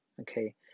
Okay